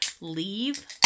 leave